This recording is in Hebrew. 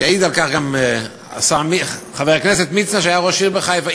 יעיד על כך גם חבר הכנסת מצנע שהיה ראש עיר בחיפה,